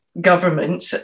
government